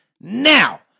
Now